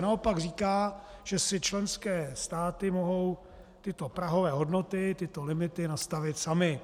Naopak říká, že si členské státy mohou tyto prahové hodnoty, tyto limity, nastavit samy.